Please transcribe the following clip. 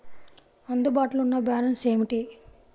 అందుబాటులో ఉన్న బ్యాలన్స్ ఏమిటీ?